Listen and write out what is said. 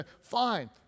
Fine